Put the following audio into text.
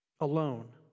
alone